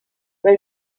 they